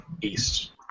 east